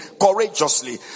courageously